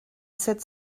sept